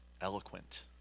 eloquent